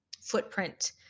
footprint